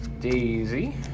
Daisy